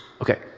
Okay